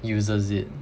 uses it